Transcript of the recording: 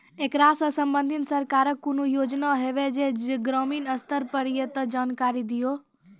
ऐकरा सऽ संबंधित सरकारक कूनू योजना होवे जे ग्रामीण स्तर पर ये तऽ जानकारी दियो?